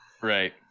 right